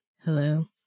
Hello